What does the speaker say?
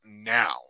now